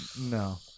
No